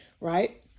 right